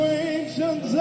ancient